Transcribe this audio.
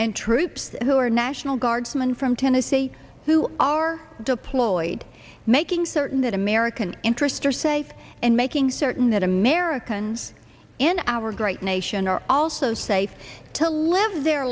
and troops who are national guardsmen from tennessee who are deployed making certain that american interests are safe and making certain that americans in our great nation are also safe to live their